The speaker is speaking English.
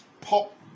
pop